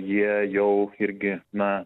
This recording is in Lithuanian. jie jau irgi na